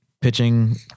pitching